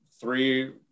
three